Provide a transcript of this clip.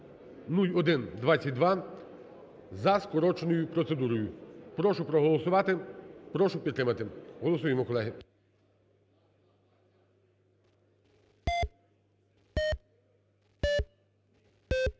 0122) за скороченою процедурою. Прошу проголосувати, прошу підтримати. Голосуємо, колеги.